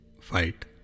fight